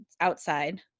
outside